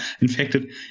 infected